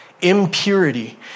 impurity